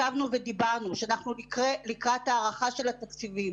ישבנו ודיברנו שאנחנו לקראת הארכה של התקציבים.